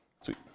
Sweet